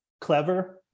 clever